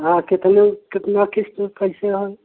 हाँ कितनो कितना क़िश्त कटते है